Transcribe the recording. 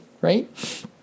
right